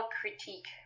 critique